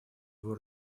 его